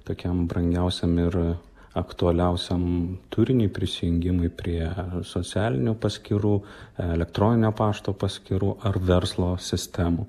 tokiam brangiausiam ir aktualiausiam turiniui prisijungimui prie socialinių paskyrų elektroninio pašto paskyrų ar verslo sistemų